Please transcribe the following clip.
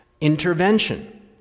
intervention